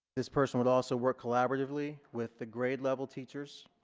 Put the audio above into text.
this person will also work collaboratively with the grade level teachers.